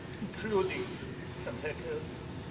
including some hecklers,